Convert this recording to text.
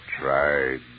tried